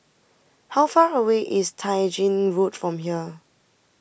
how far away is Tai Gin Road from here